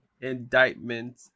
indictment